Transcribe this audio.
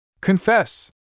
Confess